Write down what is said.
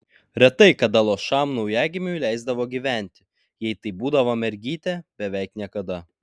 retai kada luošam naujagimiui leisdavo gyventi jei tai būdavo mergytė beveik niekada